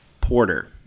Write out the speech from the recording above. Porter